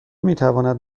میتواند